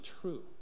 true